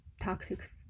toxic